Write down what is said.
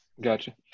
Gotcha